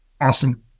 Awesome